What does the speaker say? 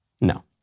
No